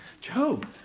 Job